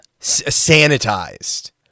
Sanitized